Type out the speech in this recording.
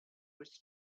was